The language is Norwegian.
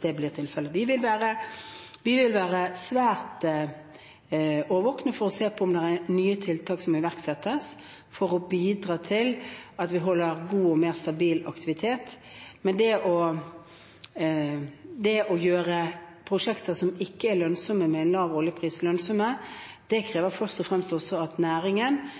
det blir tilfellet, er åpent. Vi vil være svært årvåkne for å se på om det er nye tiltak som bør iverksettes for å bidra til at vi har en god og mer stabil aktivitet. Men å gjøre prosjekter som ikke er lønnsomme med en lav oljepris, lønnsomme,